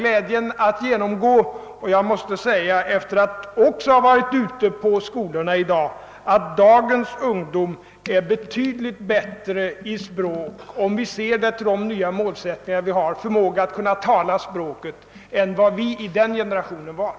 Efter att ha besökt också skolorna i dag måste jag säga att dagens ungdom har betydligt bättre språkkunskaper om vi jämför med de målsättningar som har satts upp, nämligen förmåga att tala de främmande språken, än vad vi i min generation hade.